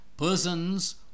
Persons